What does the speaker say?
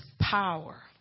power